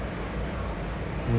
mm